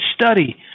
study